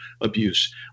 abuse